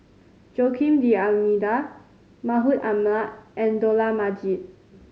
Joaquim D'Almeida Mahmud Ahmad and Dollah Majid